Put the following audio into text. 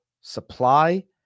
supply